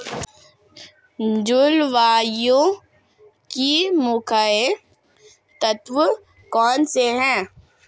जलवायु के मुख्य तत्व कौनसे हैं?